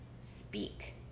speak